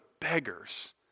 beggars